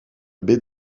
baie